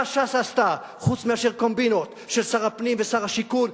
מה ש"ס עשתה חוץ מאשר קומבינות של שר הפנים ושר השיכון,